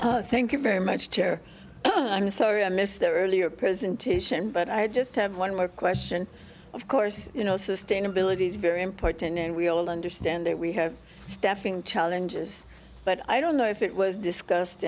yes thank you very much here i'm sorry i missed the earlier presentation but i just have one more question of course you know sustainability is very important and we all understand it we have staffing challenges but i don't know if it was discussed